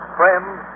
friends